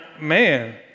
man